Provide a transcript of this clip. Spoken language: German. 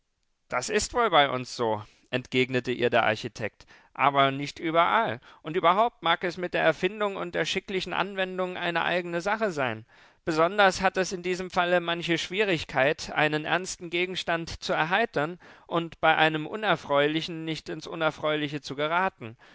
das ist wohl bei uns so entgegnete ihr der architekt aber nicht überall und überhaupt mag es mit der erfindung und der schicklichen anwendung eine eigne sache sein besonders hat es in diesem falle manche schwierigkeit einen ernsten gegen stand zu erheitern und bei einem unerfreulichen nicht ins unerfreuliche zu geraten